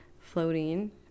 floating